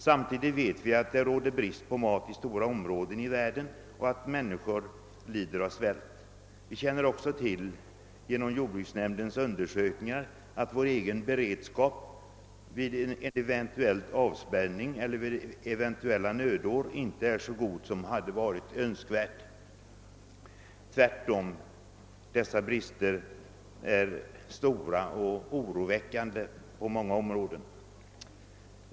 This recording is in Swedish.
Samtidigt vet vi att det råder brist på mat i stora områden i världen och att människor lider av svält. Genom jordbruksnämndens undersökningar känner vi också till att vår egen beredskap vid en eventuell avspärrning eller under eventuella nödår inte är så god som hade varit önskvärt. Tvärtom! Bristerna är stora och oroväckande på många områden.